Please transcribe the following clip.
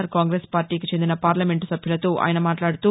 are Congress పార్లీకి చెందిన parliament సభ్యులతో ఆయన మాట్లాడుతూ